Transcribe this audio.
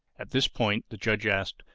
at this point the judge asked,